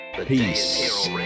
Peace